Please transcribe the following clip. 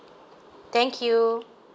thank you